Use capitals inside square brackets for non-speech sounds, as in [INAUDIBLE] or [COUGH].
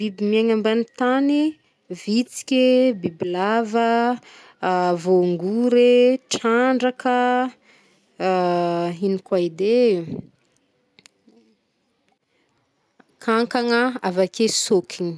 Biby miegna ambany tany? Vitsike, bibilava, [HESITATION] vôngory e, trandraka, [HESITATION] inoko edy? [UNINTELLIGIBLE] Kankana, avake sôkina.